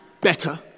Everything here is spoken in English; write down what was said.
better